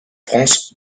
france